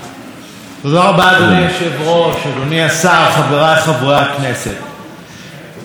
ב-7 במרס 2016, חבל שחבר הכנסת איתן כבל איננו פה,